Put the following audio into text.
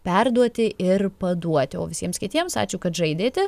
perduoti ir paduoti o visiems kitiems ačiū kad žaidėte